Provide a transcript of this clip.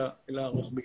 אלא רוחבית.